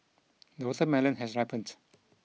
the watermelon has ripened